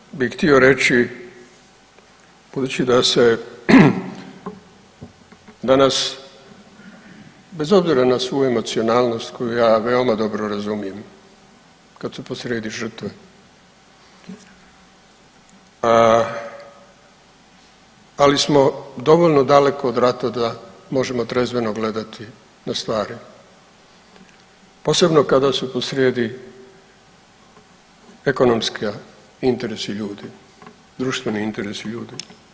Ono što bih htio reći budući da se danas bez obzira na svu emocionalnost koju ja veoma dobro razumijem kada su posrijedi žrtve, ali smo dovoljno daleko od rata da možemo trezveno gledati na stvari posebno kada su posrijedi ekonomski interesi ljudi, društveni interesi ljudi.